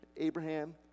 Abraham